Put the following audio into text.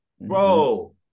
bro